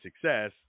success